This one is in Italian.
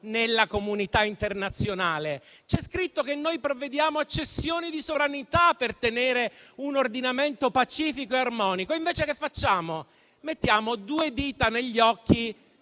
nella comunità internazionale e che provvediamo a cessioni di sovranità per tenere un ordinamento pacifico e armonico. Invece che facciamo? Mettiamo due dita negli occhi